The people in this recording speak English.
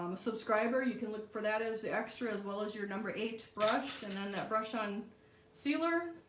um subscriber you can look for that as the extra as well as your number eight brush and then that brush on sealer